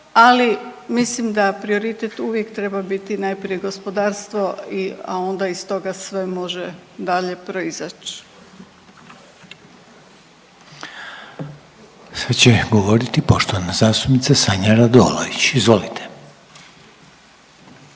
Ali mislim da prioritet uvijek treba biti najprije gospodarstvo, a onda iz toga sve može dalje proizaći. **Reiner, Željko (HDZ)** Sad će govoriti poštovana zastupnica Sanja Radolović, izvolite.